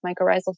mycorrhizal